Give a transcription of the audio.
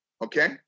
Okay